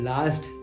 Last